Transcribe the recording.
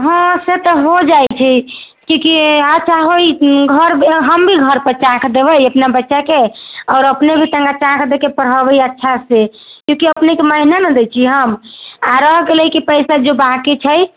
हँ से तऽ हो जाइत छै कि कि अच्छा ओ घर हम भी घर पर चाक देबै अपना बच्चाके आओर अपने भी कनि चाक दयके पढ़ेबै अच्छा से किआकि अपनेके महिना ने देइ छी हम आ रहि गेलै कि पैसा जे बाँकि छै